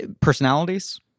personalities